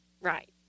Right